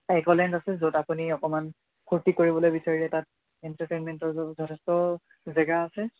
Auckland আছে য'ত আপুনি অকমান ফূৰ্তি কৰিবলৈ বিচাৰিলে তাত এণ্টাৰটেইনমেন্টৰ যথেষ্ট জেগা আছে